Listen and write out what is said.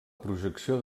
projecció